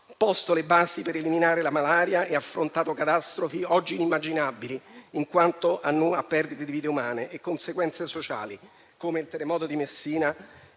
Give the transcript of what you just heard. posto le basi per eliminare la malaria e affrontato catastrofi oggi inimmaginabili in quanto a perdite di vite umane e conseguenze sociali, come il terremoto di Messina